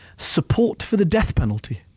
support for the death penalty,